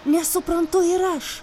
nesuprantu ir aš